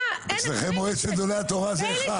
אצלכם מועצת גדולי התורה זה אחד.